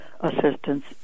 assistance